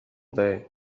day